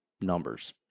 numbers